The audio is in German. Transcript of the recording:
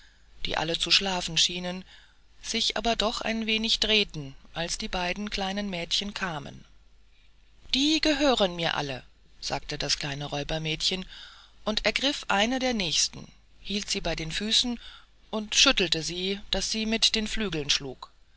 die alle zu schlafen schienen sich aber doch ein wenig drehten als die beiden kleinen mädchen kamen die gehören mir alle sagte das kleine räubermädchen und ergriff eine der nächsten hielt sie bei den füßen und schüttelte sie daß sie mit den flügeln schlug